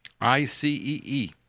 I-C-E-E